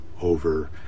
over